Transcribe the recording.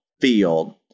field